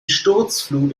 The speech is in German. sturzflug